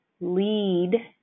lead